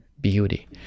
beauty